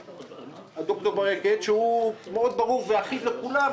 שד"ר ברקת טוען שהוא מאוד ברור ואחיד לכולם,